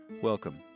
Welcome